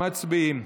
מצביעים.